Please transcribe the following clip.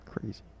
Crazy